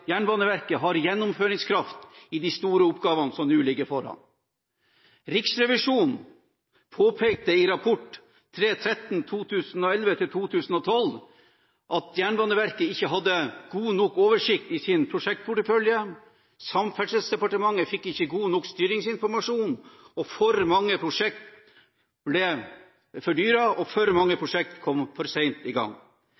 Jernbaneverket har gjennomføringskraft i de store oppgavene som ligger foran oss. Riksrevisjonen påpekte i sin rapport, Dokument 3:13 , at Jernbaneverket ikke hadde god nok oversikt over sin prosjektportefølje, Samferdselsdepartementet fikk ikke god nok styringsinformasjon, for mange prosjekter ble fordyret, og for mange